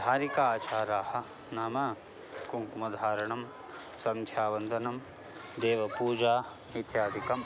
धारिक आचाराः नाम कुङ्कुमधारणं सन्ध्यावन्दनं देवपूजा इत्यादिकम्